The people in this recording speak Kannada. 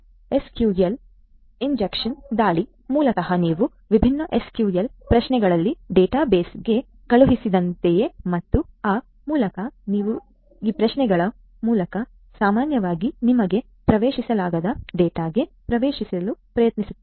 SQL ಇಂಜೆಕ್ಷನ್ ದಾಳಿ ಮೂಲತಃ ನೀವು ವಿಭಿನ್ನ SQL ಪ್ರಶ್ನೆಗಳನ್ನು ಡೇಟಾಬೇಸ್ಗೆ ಕಳುಹಿಸಿದಂತೆಯೇ ಮತ್ತು ಆ ಮೂಲಕ ನೀವು ಆ ಪ್ರಶ್ನೆಗಳ ಮೂಲಕ ಸಾಮಾನ್ಯವಾಗಿ ನಿಮಗೆ ಪ್ರವೇಶಿಸಲಾಗದ ಡೇಟಾಗೆ ಪ್ರವೇಶಿಸಲು ಪ್ರಯತ್ನಿಸುತ್ತೀರಿ